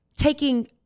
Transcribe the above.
taking